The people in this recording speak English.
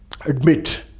admit